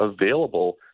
available